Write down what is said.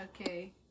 Okay